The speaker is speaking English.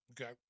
Okay